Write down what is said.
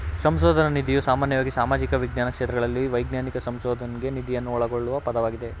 ಸಂಶೋಧನ ನಿಧಿಯು ಸಾಮಾನ್ಯವಾಗಿ ಸಾಮಾಜಿಕ ವಿಜ್ಞಾನ ಕ್ಷೇತ್ರಗಳಲ್ಲಿ ವೈಜ್ಞಾನಿಕ ಸಂಶೋಧನ್ಗೆ ನಿಧಿಯನ್ನ ಒಳಗೊಳ್ಳುವ ಪದವಾಗಿದೆ